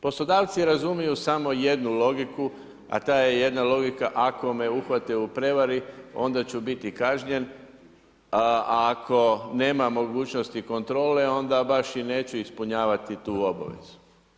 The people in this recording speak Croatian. Poslodavci razumiju samo jednu logiku, a ta je jedna logika ako me uhvate u prevari, onda ću biti kažnjen, a ako nemam mogućnosti kontrole onda baš i neću ispunjavati tu obavezu.